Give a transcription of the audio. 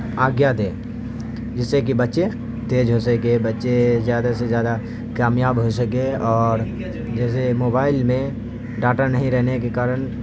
آگیہ دے جس سے کہ بچے تیز ہو سکیں بچے زیادہ سے زیادہ کامیاب ہو سکیں اور جیسے موبائل میں ڈاٹا نہیں رہنے کے کارن